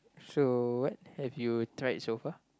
so what have you tried so far